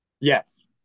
Yes